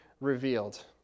revealed